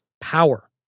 power